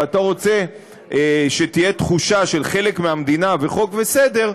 ואתה רוצה שתהיה תחושה של חלק מהמדינה וחוק וסדר,